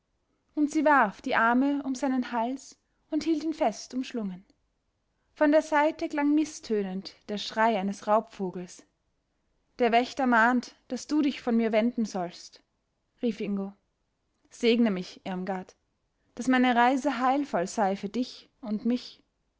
und sie warf die arme um seinen hals und hielt ihn fest umschlungen von der seite klang mißtönend der schrei eines raubvogels der wächter mahnt daß du dich von mir wenden sollst rief ingo segne mich irmgard daß meine reise heilvoll sei für dich und mich